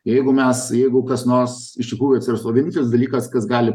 jeigu mes jeigu kas nors iš tikrųjų atsiras o vienintelis dalykas kas gali